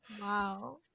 wow